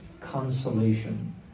consolation